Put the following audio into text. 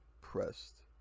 pressed